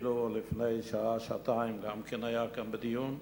ואפילו לפני שעה-שעתיים גם כן היה כאן דיון.